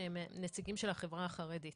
שהם נציגים של החברה החרדית